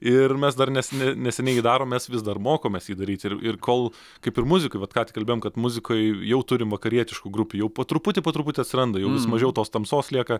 ir mes dar ne neseniai jį darom mes vis dar mokomės jį daryt ir kol kaip ir muzika vat ką tik kalbėjom kad muzikai jau turim vakarietiškų grupių jau po truputį po truputį atsiranda jau vis mažiau tos tamsos lieka